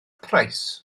price